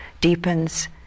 deepens